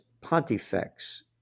pontifex